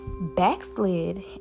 backslid